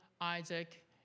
Isaac